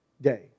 day